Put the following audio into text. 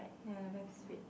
ya that man is weird